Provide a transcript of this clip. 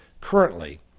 currently